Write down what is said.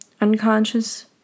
unconscious